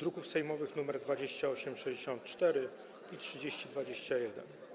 druki sejmowe nr 2864 i 3021.